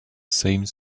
same